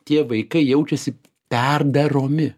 tie vaikai jaučiasi perdaromi